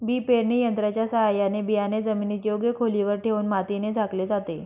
बी पेरणी यंत्राच्या साहाय्याने बियाणे जमिनीत योग्य खोलीवर ठेवून मातीने झाकले जाते